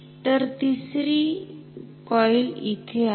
तर तिसरी कॉईल इथे आहे